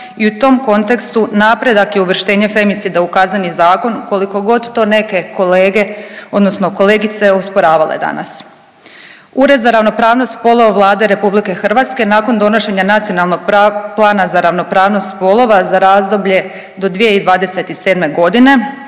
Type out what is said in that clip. i u tom kontekstu napredak je uvrštenje femicida u KZ, koliko god to neke kolege odnosno kolegice osporavale danas. Ured za ravnopravnost spolova Vlade RH nakon donošenja Nacionalnog plana za ravnopravnost spolova za razdoblje do 2027.g., te